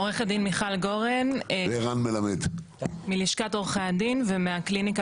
עורכת דין מיכל גורן מלשכת עורכי הדין ומהקליניקה